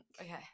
okay